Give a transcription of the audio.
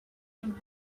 from